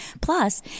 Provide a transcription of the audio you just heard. Plus